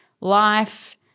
life